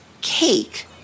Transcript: cake